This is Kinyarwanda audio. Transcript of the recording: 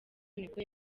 nibwo